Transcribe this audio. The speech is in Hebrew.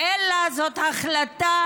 אלא זאת החלטה